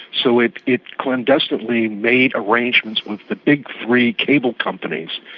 so it it clandestinely made arrangements with the big three cable companies.